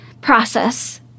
process